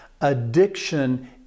addiction